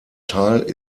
teil